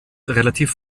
relativ